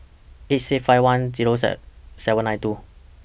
eight six five one Zero seven nine two